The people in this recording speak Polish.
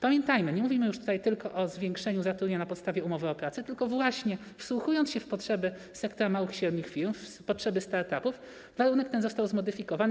Pamiętajmy: nie mówimy już tutaj tylko o zwiększeniu zatrudnienia na podstawie umowy o pracę, tylko właśnie wsłuchując się w potrzeby sektora małych i średnich firm, w potrzeby start-upów, warunek ten został zmodyfikowany.